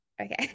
okay